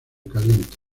caliente